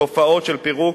תופעות של פירוק